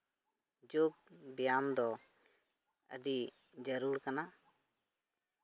ᱡᱳᱜᱽ ᱵᱮᱭᱟᱢ ᱫᱚ ᱟᱹᱰᱤ ᱡᱟᱹᱨᱩᱲ ᱠᱟᱱᱟ